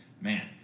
man